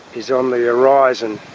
is on the horizon.